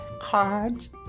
cards